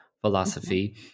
philosophy